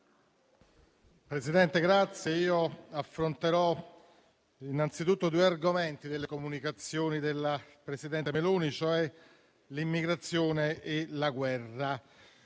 Presidente, affronterò innanzitutto due argomenti toccati nelle comunicazioni della presidente Meloni, ovvero l'immigrazione e la guerra.